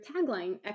tagline